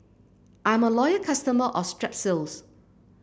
I'm a loyal customer of Strepsils